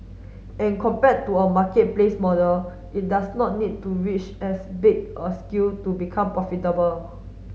and compared to a marketplace model it does not need to reach as big a scale to become profitable